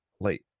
late